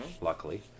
luckily